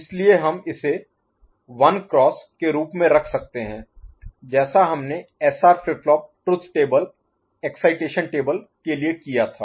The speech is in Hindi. इसलिए हम इसे 1 क्रॉस के रूप में रख सकते हैं जैसा हमने SR flip flop truth table excitation table के लिए किया था